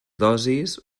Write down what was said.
dosis